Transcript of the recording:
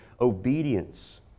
Obedience